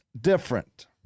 different